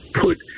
put